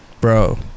bro